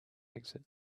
exit